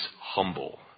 humble